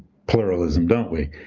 pluralism, don't we?